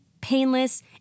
painless